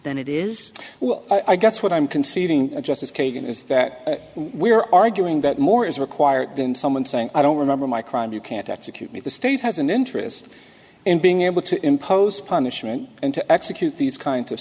then it is well i guess what i'm conceding to justice kagan is that we're arguing that more is required than someone saying i don't remember my crime you can't execute me the state has an interest in being able to impose punishment and to execute these kind of